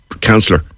councillor